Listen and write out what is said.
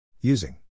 using